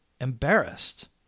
embarrassed